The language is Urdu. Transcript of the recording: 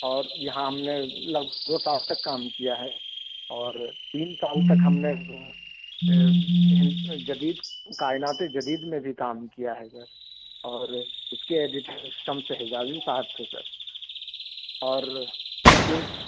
اور یہاں ہم نے لگ دو سال تک کام کیا ہے اور تین سال تک ہم نے جدید کائنات جدید میں بھی کام کیا ہے سر اور اِس کے ایڈیٹر شمس حجازی صاحب تھے سر اور اِس کے